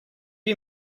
you